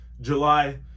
July